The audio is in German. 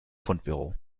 fundbüro